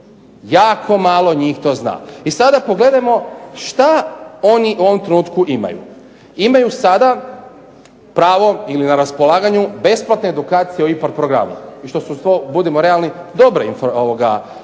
Jako malo njih to zna. I sada pogledajmo što oni u ovom trenutku imaju? Imaju sada pravo ili na raspolaganju besplatne edukacije o … IPARD programu i što su uz to, budimo realni, dobre edukacije